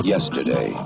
Yesterday